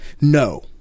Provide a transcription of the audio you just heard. No